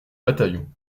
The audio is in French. bataillon